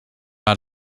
out